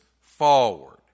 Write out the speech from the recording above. forward